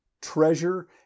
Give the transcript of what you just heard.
treasure